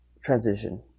transition